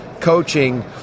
coaching